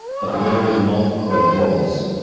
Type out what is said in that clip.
but the weather is not what it was.